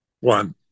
One